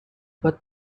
but